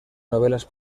novelas